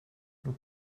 nous